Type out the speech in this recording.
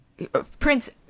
Prince